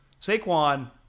Saquon